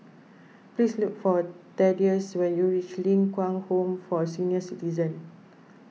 please look for Thaddeus when you reach Ling Kwang Home for Senior Citizens